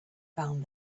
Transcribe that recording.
found